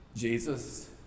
Jesus